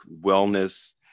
wellness